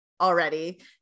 already